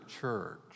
Church